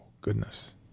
Goodness